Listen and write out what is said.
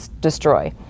destroy